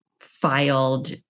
filed